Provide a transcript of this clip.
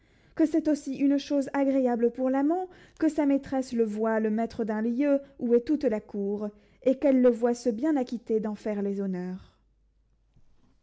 que c'est aussi une chose agréable pour l'amant que sa maîtresse le voie le maître d'un lieu où est toute la cour et qu'elle le voie se bien acquitter d'en faire les honneurs